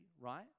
right